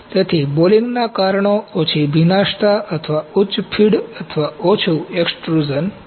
તેથી બોલિંગના કારણો ઓછી ભીનાશતા અથવા ઉચ્ચ ફીડ અથવા ઓછું એક્સટ્રુઝન છે